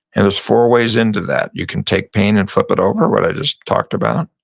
and there's four ways into that. you can take pain and flip it over, what i just talked about.